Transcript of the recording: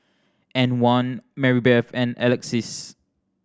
Antwan Marybeth and Alexis